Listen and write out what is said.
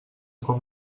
com